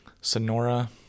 Sonora